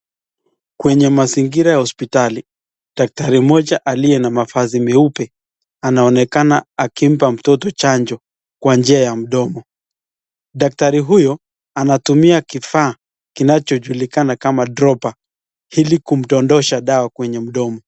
Kwenye mazingira ya hospitali, daktari moja aliye na mavazi mweupe anaonekana akimpa mtoto chanjo, kwa njia ya mdomo . Daktari huyo anatumia kifaa kinachojulikana kama dropper ili kumdondosha dawa kwenye mdomo.